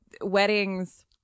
weddings